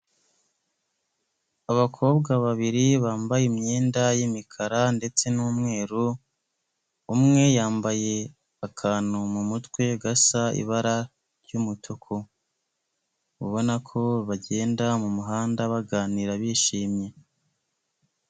Abakobwa babiri bambaye imyenda y'imikara ndetse n'umweru, umwe yambaye akantu mu mutwe gasa ibara ry'umutuku, ubona ko bagenda mu muhanda baganira bishimye.